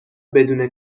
بدون